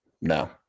No